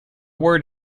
word